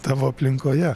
tavo aplinkoje